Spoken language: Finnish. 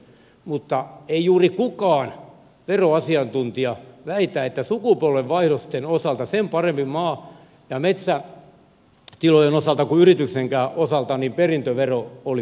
mutta juuri kukaan veroasiantuntija ei väitä että sukupolvenvaihdosten osalta sen paremmin maa ja metsätilojen osalta kuin yrityksenkään osalta perintövero olisi ongelma